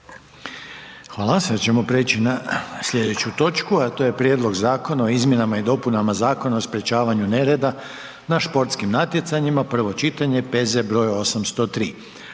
(HDZ)** Sada ćemo prijeći na sljedeću točku, a to je: - Prijedlog zakona o izmjenama i dopunama Zakona o sprečavanju nereda na športskim natjecanjima, prvo čitanje, P.Z.E. br. 803